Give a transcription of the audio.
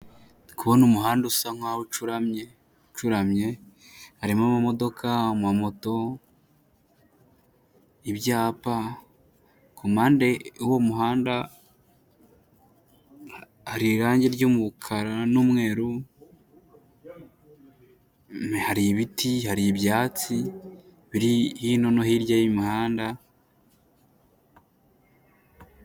Ndi kubona umuhanda usa nkaho ucuramye, ucuramye harimo amamodoka, amamoto, ibyapa, kumpande y'uwo muhanda hari irange ry'umukara n'umweru, har'ibiti, har'ibyatsi biri hino no hirya y'imihanda.